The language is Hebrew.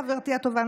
חברתי הטובה,